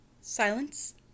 Silence